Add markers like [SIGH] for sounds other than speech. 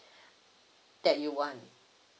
[BREATH] that you want